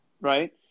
right